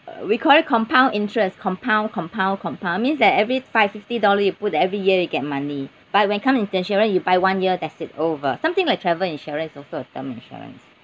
uh we call it compound interest compound compound compound means that every five sixty dollar you put that every year you get money but when come in the insurance you buy one year that's it over something like travel insurance also a term insurance